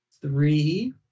Three